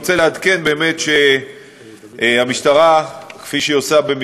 שייתנו לה את הסמכות להחליט מתי יש בדברים כדי הסתה שחוצה את הרף